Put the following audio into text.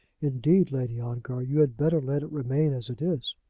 indeed, lady ongar, you had better let it remain as it is.